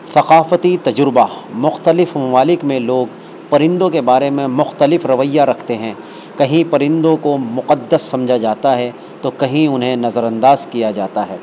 ثقافتی تجربہ مختلف ممالک میں لوگ پرندوں کے بارے میں مختلف رویہ رکھتے ہیں کہیں پرندوں کو مقدس سمجھا جاتا ہے تو کہیں انہیں نظرانداز کیا جاتا ہے